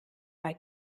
bei